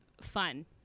fun